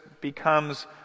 becomes